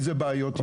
איזה בעיות יש שם.